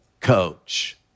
coach